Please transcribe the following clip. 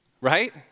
right